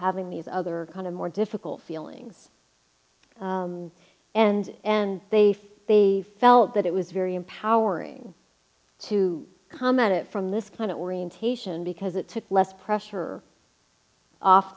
having these other kind of more difficult feelings and and they face felt that it was very empowering to comment from this kind of orientation because it took less pressure off